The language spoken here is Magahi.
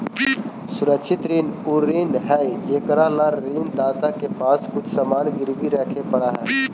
सुरक्षित ऋण उ ऋण हइ जेकरा ला ऋण दाता के पास कुछ सामान गिरवी रखे पड़ऽ हइ